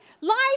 life